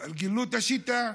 אבל גילו את השיטה: